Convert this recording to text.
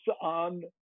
on